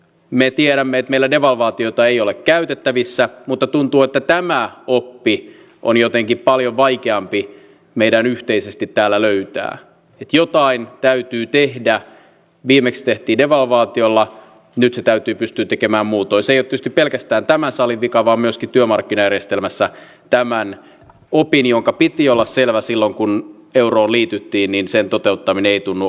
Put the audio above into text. me tiedämme meille devalvaatiota ei ole käytettävissä mutta tuntuu että tämä oppi on jotenkin paljon vaikeampi meidän yhteisesti täällä löytää jotain täytyy tehdä viimeksi tehtiin devalvaatiolla nyt se täytyy pysty tekemään muutos tietysti pelkästään tämän salin vika vaan myös kityömarkkinajärjestelmässä tämän opin jonka piti olla selvä silloin kun euroon liityttiinin sen toteuttaminen ei tunnu